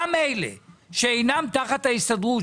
גם אלה שאינם תחת ההסתדרות,